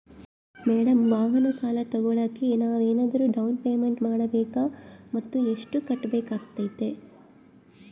Madam ವಾಹನ ಸಾಲ ತೋಗೊಳೋಕೆ ನಾವೇನಾದರೂ ಡೌನ್ ಪೇಮೆಂಟ್ ಮಾಡಬೇಕಾ ಮತ್ತು ಎಷ್ಟು ಕಟ್ಬೇಕಾಗ್ತೈತೆ?